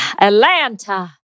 Atlanta